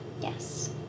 Yes